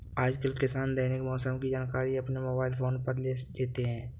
आजकल किसान दैनिक मौसम की जानकारी अपने मोबाइल फोन पर ले लेते हैं